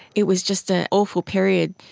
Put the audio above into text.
it was just an awful period,